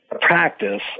practice